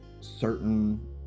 certain